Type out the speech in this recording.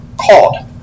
called